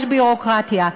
יש ביורוקרטיה,